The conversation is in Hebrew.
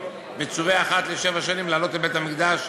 מצווה אחת לשבע שנים לעלות לבית-המקדש,